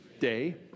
day